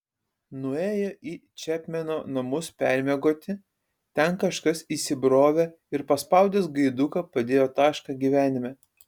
nuėjo į čepmeno namus permiegoti ten kažkas įsibrovė ir paspaudęs gaiduką padėjo tašką gyvenime